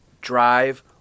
drive